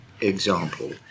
example